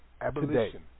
Abolition